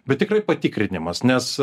bet tikrai patikrinimas nes